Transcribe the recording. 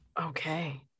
Okay